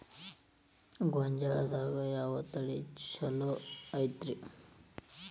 ಗೊಂಜಾಳದಾಗ ಯಾವ ತಳಿ ಛಲೋ ಐತ್ರಿ?